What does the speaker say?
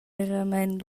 veramein